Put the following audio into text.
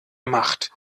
macht